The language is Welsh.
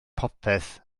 popeth